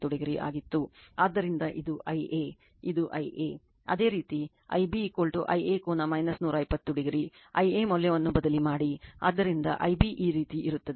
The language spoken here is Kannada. ಅದೇ ರೀತಿ Ib Ia ಕೋನ 120o Ia ಮೌಲ್ಯವನ್ನು ಬದಲಿ ಮಾಡಿ ಆದ್ದರಿಂದ Ib ಈ ರೀತಿ ಇರುತ್ತದೆ